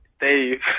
Dave